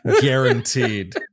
guaranteed